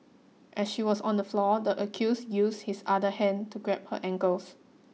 as she was on the floor the accused used his other hand to grab her ankles